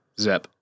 Zep